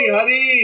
Hari